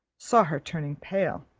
saw her turning pale,